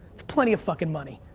it's plenty of fuckin' money.